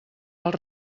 els